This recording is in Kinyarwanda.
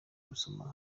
gusoma